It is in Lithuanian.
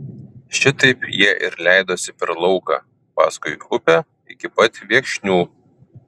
šitaip jie ir leidosi per lauką paskui upe iki pat viekšnių